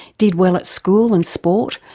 did well at school and sport,